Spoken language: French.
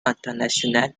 international